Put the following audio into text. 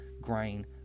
grain